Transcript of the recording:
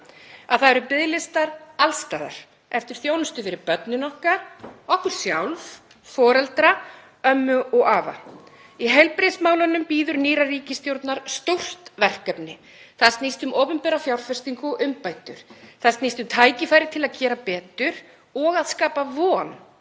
að það eru biðlistar alls staðar eftir þjónustu fyrir börnin okkar, okkur sjálf, foreldra, ömmur og afa. Í heilbrigðismálunum bíður nýrrar ríkisstjórnar stórt verkefni. Það snýst um opinbera fjárfestingu og umbætur. Það snýst um tækifæri til að gera betur og að skapa von.